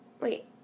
Wait